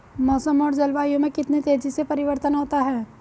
मौसम और जलवायु में कितनी तेजी से परिवर्तन होता है?